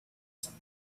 some